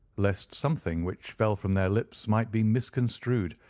lest something which fell from their lips might be misconstrued,